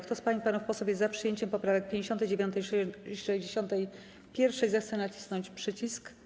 Kto z pań i panów posłów jest za przyjęciem poprawek 59. i 61., zechce nacisnąć przycisk.